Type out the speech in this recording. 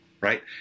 Right